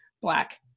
black